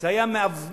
זה היה מבטיח